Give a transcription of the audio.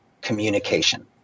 communication